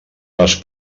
les